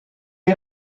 est